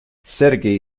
sergei